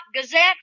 Gazette